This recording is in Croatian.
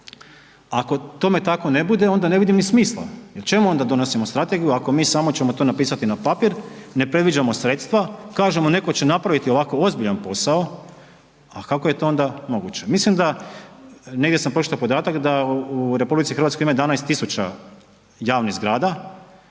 ako tome tako ne bude onda ne vidim ni smisla jer čemu onda donosimo strategiju ako mi samo ćemo to napisati na papir, ne predviđamo sredstva, kažemo neko će napraviti ovako ozbiljan posao, a kako je to onda moguće. Mislim da, negdje sam pročito podatak da u RH ima 11000 javnih zgrada,